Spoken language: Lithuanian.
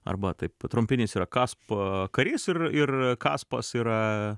arba taip trumpinys yra kasp karys ir ir kaspas yra